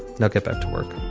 now get back to work